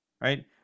right